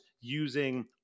using